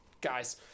guys